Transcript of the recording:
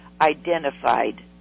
identified